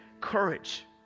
courage